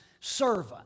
servant